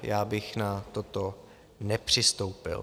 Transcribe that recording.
Já bych na toto nepřistoupil.